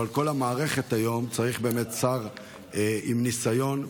אבל לכל המערכת היום צריך באמת שר עם ניסיון,